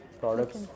products